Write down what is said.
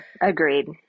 agreed